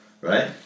right